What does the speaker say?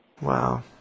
Wow